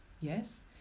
yes